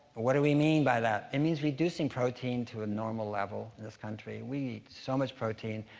what do we mean by that? it means reducing protein to a normal level. in this country, we eat so much protein,